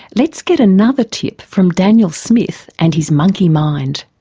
let's get another tip from daniel smith and his monkey mind.